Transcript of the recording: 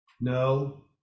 No